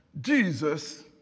Jesus